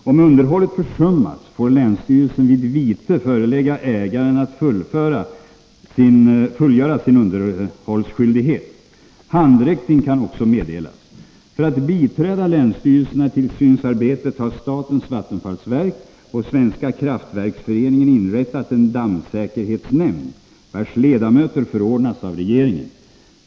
Om underhållet försummas får länsstyrelsen vid vite förelägga ägaren att fullgöra sin underhållsskyldighet. Handräckning kan också meddelas. För att biträda länsstyrelserna i tillsynsarbetet har statens vattenfallsverk och Svenska kraftverksföreningen inrättat en dammsäkerhetsnämnd vars ledamöter förordnas av regeringen.